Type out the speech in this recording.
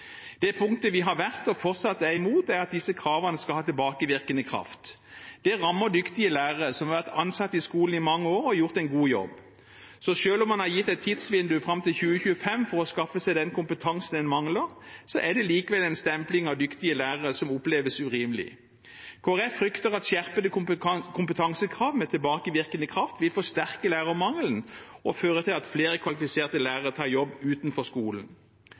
Det punktet vi har vært imot, og fortsatt er imot, er at disse kravene skal ha tilbakevirkende kraft. Det rammer dyktige lærere som har vært ansatt i skolen i mange år og gjort en god jobb. Selv om man har gitt et tidsvindu fram til 2025 for å skaffe seg den kompetansen en mangler, er det likevel en stempling av dyktige lærere som oppleves urimelig. Kristelig Folkeparti frykter at skjerpede kompetansekrav med tilbakevirkende kraft vil forsterke lærermangelen og føre til at flere kvalifiserte lærere tar jobb utenfor skolen.